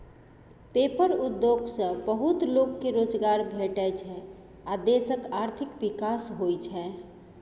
paper उद्योग सँ बहुत लोक केँ रोजगार भेटै छै आ देशक आर्थिक विकास होइ छै